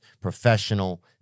professional